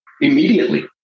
immediately